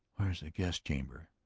where is the guest-chamber?